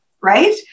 right